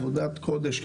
עבודת קודש,